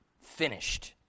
finished